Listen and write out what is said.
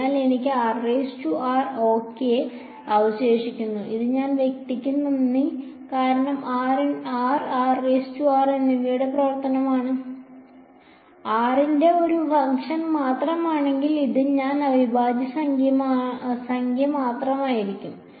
അതിനാൽ എനിക്ക് r ok അവശേഷിക്കുന്നു അത് ഈ വ്യക്തിക്ക് നന്ദി കാരണം r r എന്നിവയുടെ പ്രവർത്തനമാണ് r ന്റെ ഒരു ഫംഗ്ഷൻ മാത്രമാണെങ്കിൽ അത് ഈ അവിഭാജ്യ സംഖ്യ മാത്രമായിരിക്കും